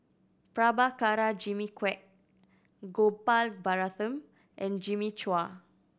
Prabhakara Jimmy Quek Gopal Baratham and Jimmy Chua